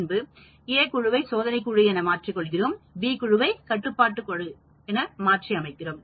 பின்பு A குழுவை சோதனை குழு எனகொள்கிறோம் B குழுவை கட்டுப்பாட்டு குழு என மாற்றி அமைக்கிறோம்